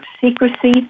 secrecy